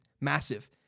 massive